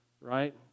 right